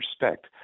respect